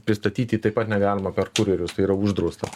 pristatyti taip pat negalima per kurjerius tai yra uždrausta